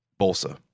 Bolsa